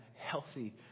healthy